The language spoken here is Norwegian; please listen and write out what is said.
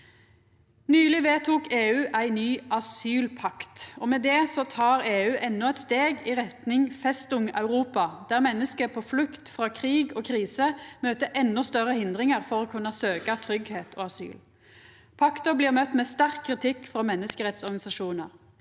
Nyleg vedtok EU ei ny asylpakt. Med det tek EU endå eit steg i retning Festung Europa, der menneske på flukt frå krig og kriser møter endå større hindringar for å kunna søkja tryggleik og asyl. Pakta blir møtt med sterk kritikk frå menneskerettsorganisasjonar.